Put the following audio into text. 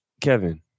Kevin